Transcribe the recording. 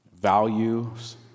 values